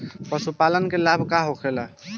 पशुपालन से का लाभ होखेला?